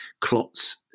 clots